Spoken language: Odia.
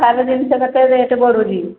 ସାର ଜିନିଷ କେତେ ରେଟ୍ ବଢ଼ୁଛି